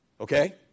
Okay